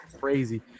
crazy